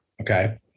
okay